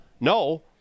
No